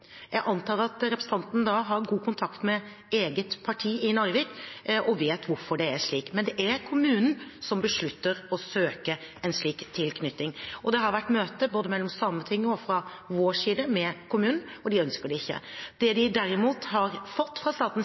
Jeg antar at representanten har god kontakt med eget parti i Narvik og vet hvorfor det er slik, men det er kommunen som beslutter å søke en slik tilknytning. Det har vært møter, både fra Sametingets og fra vår side, med kommunen, og de ønsker det ikke. Det de derimot har fått fra statens